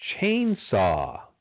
chainsaw